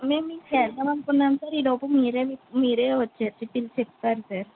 మేము మీకు చేదామనుకున్నాం సార్ ఈలోపు మీరే మీరే వచ్చి పిలిచి చెప్పారు సార్